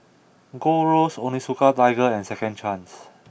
Gold Roast Onitsuka Tiger and Second Chance